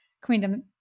Queendom